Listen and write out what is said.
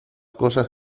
cosas